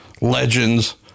legends